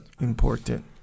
important